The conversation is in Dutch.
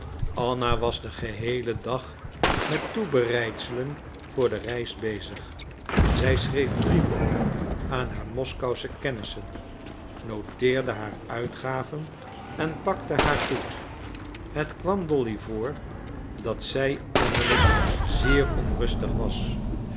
anna was den geheelen dag met toebereidselen voor de reis bezig zij schreef brieven aan haar moskousche kennissen noteerde haar uitgaven en pakte haar goed het kwam dolly voor dat zij innerlijk zeer onrustig was